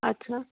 अच्छा